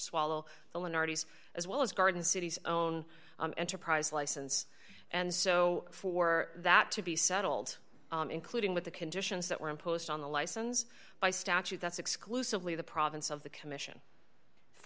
swallow elin artes as well as garden cities own enterprise license and so for that to be settled including with the conditions that were imposed on the licens by statute that's exclusively the province of the commission